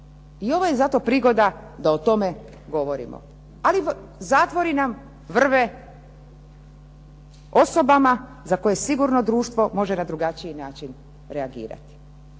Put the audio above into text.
I ovaj zato prigoda da o tome govorimo. Ali zatvori nam vrve osobama za koje sigurno društvo može na drugačiji način reagirati.